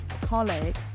colleague